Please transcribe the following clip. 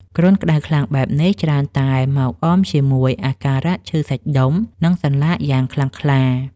គ្រុនក្តៅខ្លាំងបែបនេះ ច្រើនតែមកអមជាមួយអាការៈឈឺសាច់ដុំ និងសន្លាក់យ៉ាងខ្លាំងក្លា។